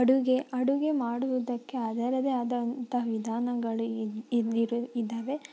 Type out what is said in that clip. ಅಡುಗೆ ಅಡುಗೆ ಮಾಡುವುದಕ್ಕೆ ಅದರದೇ ಆದಂಥ ವಿಧಾನಗಳು ಇಲ್ಲಿ ಇಲ್ಲಿರು ಇದ್ದಾವೆ